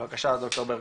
בבקשה ד"ר ברקוביץ'.